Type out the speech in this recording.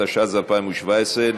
התשע"ז 2017,